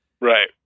Right